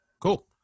Cool